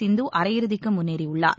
சிந்து அரையிறுதிக்கு முன்னேறியுள்ளார்